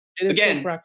Again